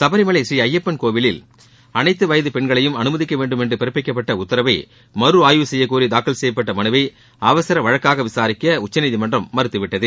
சுபரிமலை ஸ்ரீ ஜயப்பன் கோவிலில் அனைத்து வயது பெண்களையும் அனுமதிக்க வேண்டும் என்று பிறப்பிக்கப்பட்ட உத்தரவை மறு ஆய்வு செய்யக்கோரி தாக்கல் செய்யப்பட்ட மனுவை அவசர வழக்காக விசாரிக்க உச்சநீதிமன்றம் மறுத்துவிட்டது